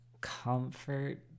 comfort